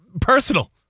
personal